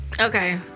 Okay